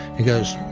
he goes,